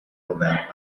verbale